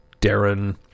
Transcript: Darren